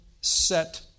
set